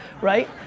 right